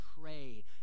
pray